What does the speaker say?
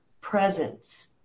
presence